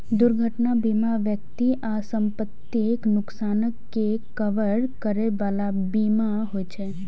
दुर्घटना बीमा व्यक्ति आ संपत्तिक नुकसानक के कवर करै बला बीमा होइ छे